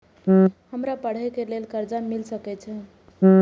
हमरा पढ़े के लेल कर्जा मिल सके छे?